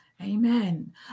Amen